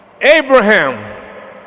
Abraham